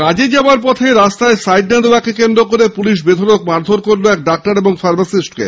কাজে যাওয়ার পথে রাস্তায় সাইড না দেওয়া কে কেন্দ্র করে পুলিশ বেধড়ক মারধোর করল এক ডাক্তার ও ফার্মাসিস্টকে